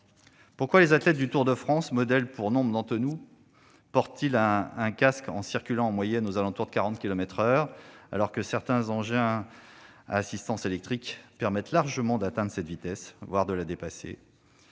Pourquoi les athlètes du Tour de France, modèles pour nombre d'entre nous, portent-ils un casque en circulant en moyenne aux alentours de 40 kilomètres par heure, alors que certains engins à assistance électrique permettent aisément d'atteindre cette vitesse, voire de la dépasser ?